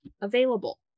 available